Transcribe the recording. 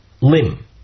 limb